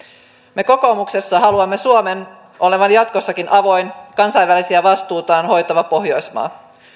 me kokoomuksessa haluamme suomen olevan jatkossakin avoin kansainvälisiä vastuitaan hoitava pohjoismaa